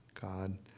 God